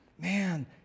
man